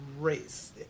race